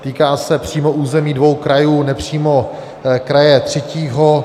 Týká se přímo území dvou krajů, nepřímo kraje třetího.